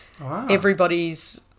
everybody's